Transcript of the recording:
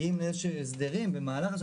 מגיעים לאיזשהם הסדרים במהלך השנה,